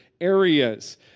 areas